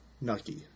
Nucky